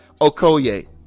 Okoye